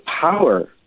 power